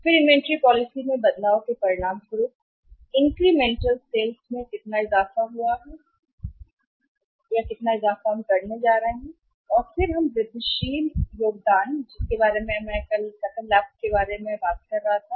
फिर inventory policy में बदलाव के परिणामस्वरूप इंक्रीमेंटल सेल्स में कितना इजाफा हुआ बिक्री हम सही करने जा रहे हैं और फिर हम वृद्धिशील योगदान होगा जो मैं आपसे सकल लाभ के रूप में बात कर रहा था